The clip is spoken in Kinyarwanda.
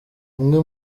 umwe